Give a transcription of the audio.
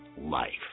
life